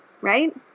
right